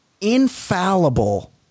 Infallible